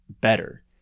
better